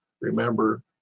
Remember